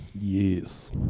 Yes